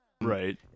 Right